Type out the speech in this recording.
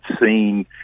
seen